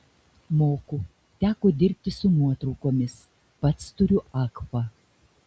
moku teko dirbti su nuotraukomis pats turiu agfa